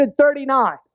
139